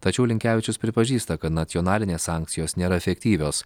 tačiau linkevičius pripažįsta kad nacionalinės sankcijos nėra efektyvios